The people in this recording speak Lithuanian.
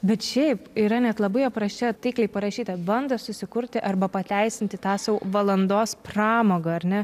bet šiaip yra net labai apraše taikliai parašyta bando susikurti arba pateisinti tą savo valandos pramogą ar ne